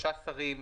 שלושה שרים,